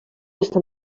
estan